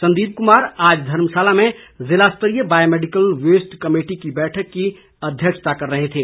संदीप कुमार आज धर्मशाला में जिला स्तरीय बायोमैडिकल वेस्ट कमेटी की बैठक की अध्यक्षता कर रहे थे